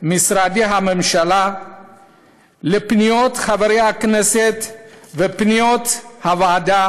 ממשרדי הממשלה לפניות חברי הכנסת ולפניות הוועדה